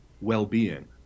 well-being